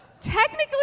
Technically